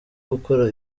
gukora